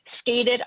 skated